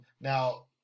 Now